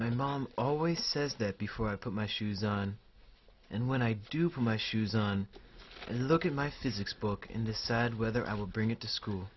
my mom always says that before i put my shoes on and when i do for my shoes on and look at my physics book in the sad weather i will bring it to school